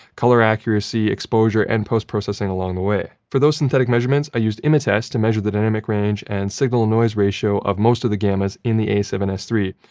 colour accuracy, exposure and post-processing along the way. for those synthetic measurements, i used imatest to measure the dynamic range and signal noise ratio of most of the gammas in the a seven s iii.